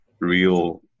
real